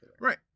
Right